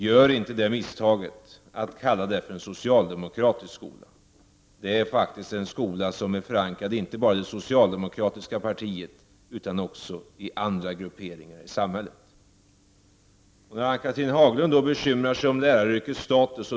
Gör inte det misstaget att kalla det för en socialdemokratisk skola! Det är faktiskt en skola som är förankrad inte bara i det socialdemokratiska partiet utan också i andra grupperingar i samhället. Ann-Cathrine Haglund bekymrar sig över läraryrkets status.